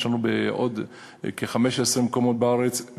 יש לנו בעוד כ-15 מקומות בארץ.